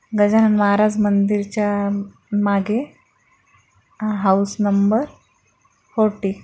गजानन महाराज मंदिरच्या मागे house number forty